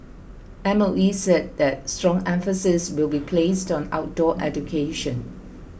M O E said that strong emphasis will be placed on outdoor education